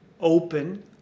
open